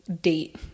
date